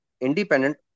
independent